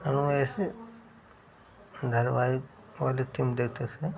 हम लोग ऐसे धारावाहिक वह वाले थीम देखते थे